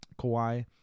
Kawhi